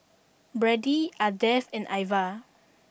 Brady Ardeth and Iva